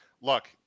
look